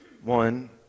One